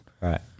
Right